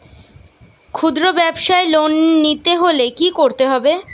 খুদ্রব্যাবসায় লোন নিতে হলে কি করতে হবে?